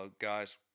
guys